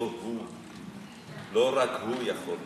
לא רק הוא יכול.